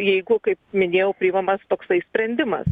jeigu kaip minėjau priimamas toksai sprendimas